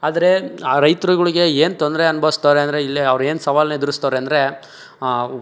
ಆದರೆ ಆ ರೈತರುಗಳಿಗೆ ಏನು ತೊಂದರೆ ಅನ್ಭವಿಸ್ತವ್ರೆ ಅಂದರೆ ಇಲ್ಲಿ ಅವ್ರೇನು ಸವಾಲನ್ನ ಎದುರಿಸ್ತವ್ರೆ ಅಂದರೆ ಆಂ